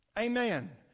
Amen